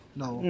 no